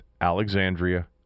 Alexandria